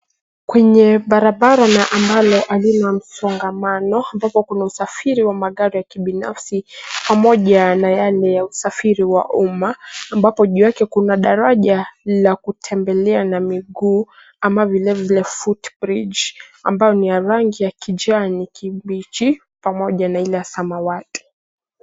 Kwenye barabara ambalo halina msongamano, ambapo kuna usafiri wa magari ya kibinafsi pamoja na yale ya usafiri wa umma ambapo juu yake kuna daraja la kutembelea na miguu ama vilevile footbridge ambayo ni ya rangi ya kijani kibichi pamoja na ile ya samawati.